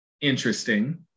interesting